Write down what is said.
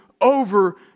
over